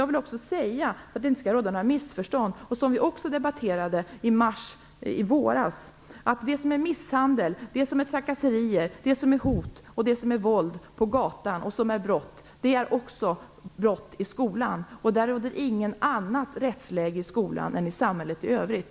För att det inte skall råda några missförstånd vill jag också säga - något som vi även diskuterade i mars - att misshandel, trakasserier, hot och våld som är brott på gatan likaledes är brott i skolan. Det råder inte något annat rättsläge i skolan än i samhället i övrigt.